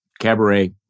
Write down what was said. Cabaret